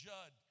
Judd